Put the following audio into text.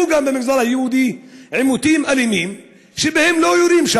היו גם במגזר היהודי עימותים אלימים שבהם לא יורים,